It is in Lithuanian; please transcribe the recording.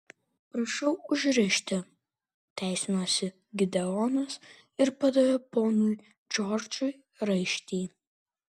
prašau užrišti teisinosi gideonas ir padavė ponui džordžui raištį